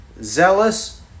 zealous